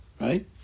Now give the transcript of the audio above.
Right